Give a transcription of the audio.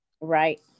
Right